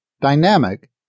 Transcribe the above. dynamic